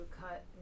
cut